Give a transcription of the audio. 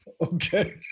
Okay